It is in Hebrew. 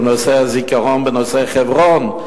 הזיכרון בנושא חברון.